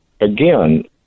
again